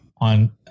on